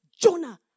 Jonah